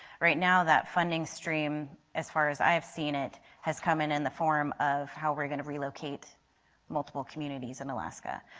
right now, that funding stream as far as i have seen it has come in and the form of how we are going to relocate multiple communities in alaska.